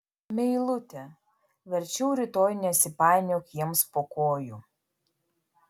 meilute verčiau rytoj nesipainiok jiems po kojų